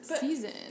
season